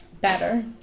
better